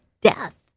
death